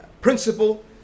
principle